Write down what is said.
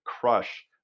crush